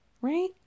Right